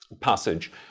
passage